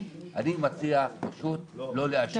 אני מציע פשוט לא לאשר את הצו כולו.